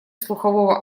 слухового